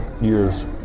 years